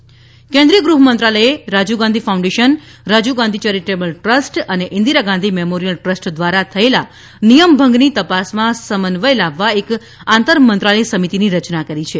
ગૃહમંત્રાલય સમિતિ કેન્દ્રીય ગૃહ મંત્રાલયે Rajiv Gandhi foundation Rajiv Gandhi charitable trust અને ઇન્દ્રિરા ગાંધી મેમોરિયલ ટ્રસ્ટ દ્વારા થયેલા નિયમ ભંગની તપાસમાં સમન્વય લાવવા એક આંતર મંત્રાલય સમિતિની રચના કરી છે